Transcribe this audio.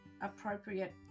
appropriate